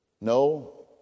No